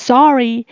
Sorry